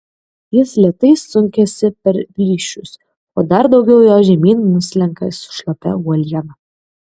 jis lėtai sunkiasi per plyšius o dar daugiau jo žemyn nuslenka su šlapia uoliena